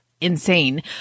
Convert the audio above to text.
insane